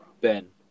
Ben